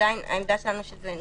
עדיין העמדה שלנו שזה נושא חדש.